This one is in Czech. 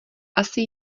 asi